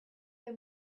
they